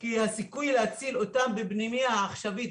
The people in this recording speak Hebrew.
כי הסיכוי להציל אותם בפנימייה העכשווית,